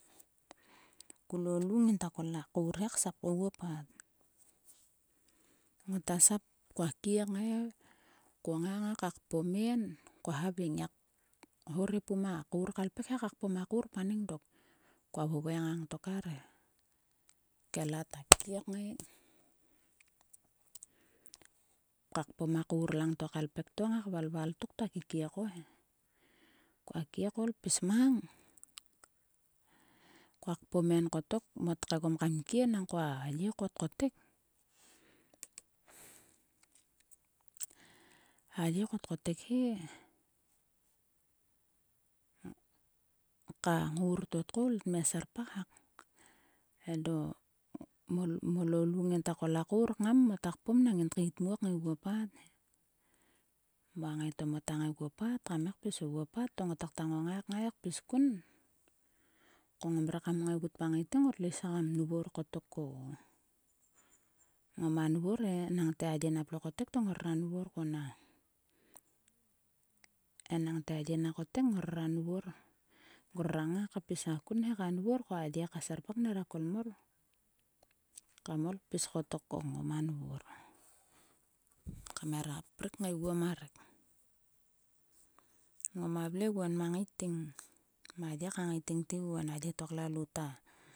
Ko lo lu nginta kol a kour he ksap ogun pat. Nginta sap. koa kie kngai ka kpom en koa haveng. "Ngiak hore pum a kour ka ipek he ka kpom paneng dok." Koa vovoi ngang tok arche. Kela ta kie kngai ka kpom a kour langto ka ipek to kvalval ko to ktua kikie ko he. Koa kie koul pis mang. Ko kpom en kotok. mot kaegom kam kie nangko a ye ko tkotek. Aâ ye ko tkotek he. ka ngour to tkoul. Tmia serpak hak. Endo molo lu ngingta kol a kour kngam, mota kpom nang rigin tkeit muo oguo pat he. Moa ngai to mota ngai guo pat to ngotakta ngongai kngai. Kpis kun. Ko ngom re kam ngaigut ma ngaiting. Ngotlo is kam nvor kotok ko ngoma nvor e. Enang te a ye nap lo kotek to ngora nvor ko. Nang enang te a ye nak kotek ngora nvor ngrora ngai kpis ha kun he ka nvor ko a ye ka serpak nera kol mor koul pis ko ngoma nvor kam hera prik ngaiguo ma rek. Ngoma vle oguoma ngaiting. a ye ka ngaiting tiguon. A ye to klalout ta.